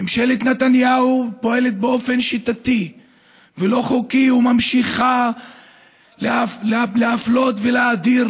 ממשלת נתניהו פועלת באופן שיטתי ולא חוקי וממשיכה להפלות ולהדיר,